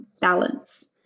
balance